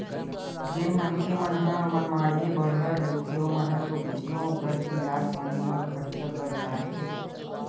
जेन मनखे मन ह मनमाड़े बड़हर रहिथे ओमन ह तो कइसनो करके इलाज पानी म खरचा कर डारथे